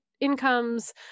incomes